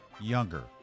Younger